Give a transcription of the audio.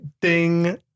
ding